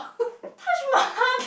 Taj-Mahal can